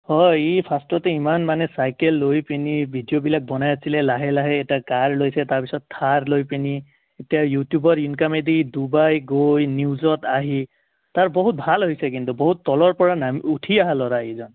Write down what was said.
হয় ই ফাৰ্ষ্টতে ইমান মানে চাইকেল লৈ পিনে ভিডিঅ'বিলাক বনাই আছিল লাহে লাহে এটা কাৰ লৈছে তাৰপিছত থাৰ লৈ পিনে এতিয়া ইউটিউবৰ ইনকামেদি ডুবাই গৈ নিউজত আহি তাৰ বহুত ভাল হৈছে কিন্তু বহুত তলৰ পৰা নাম উঠি অহা ল'ৰা এইজন